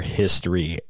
history